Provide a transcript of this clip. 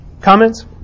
Comments